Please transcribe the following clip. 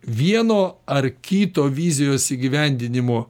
vieno ar kito vizijos įgyvendinimo